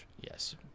Yes